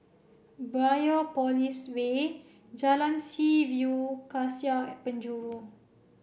Biopolis Way Jalan Seaview Cassia at Penjuru